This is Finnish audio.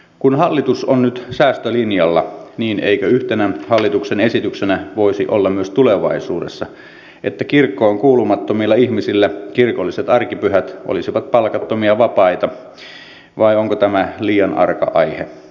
kun hallitus on nyt säästölinjalla niin eikö yhtenä hallituksen esityksenä myös voisi olla tulevaisuudessa että kirkkoon kuulumattomilla ihmisillä kirkolliset arkipyhät olisivat palkattomia vapaita vai onko tämä liian arka aihe